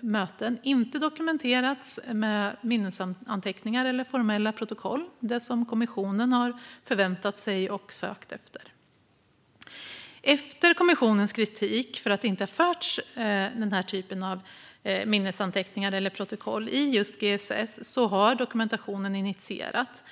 möten inte dokumenterats med minnesanteckningar eller formella protokoll, något som kommissionen har förväntat sig och sökt efter. Efter kommissionens kritik för att den här typen av minnesanteckningar eller protokoll inte fördes i GSS har sådan dokumentation initierats.